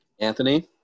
Anthony